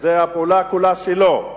הפעולה כולה שלו.